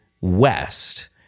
west